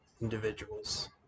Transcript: individuals